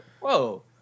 whoa